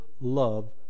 love